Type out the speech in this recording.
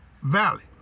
valley